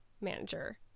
manager